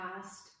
past